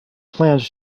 planned